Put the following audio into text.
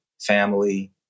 family